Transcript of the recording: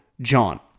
John